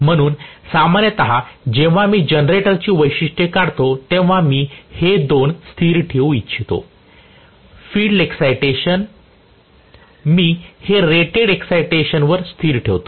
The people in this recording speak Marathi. म्हणून सामान्यत जेव्हा मी जनरेटरची वैशिष्ट्ये काढतो तेव्हा मी हे 2 स्थिर ठेवू इच्छितो फिल्ड एक्साईटेशन मी हे रेटेड एक्साईटेशन वर स्थिर ठेवतो